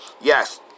yes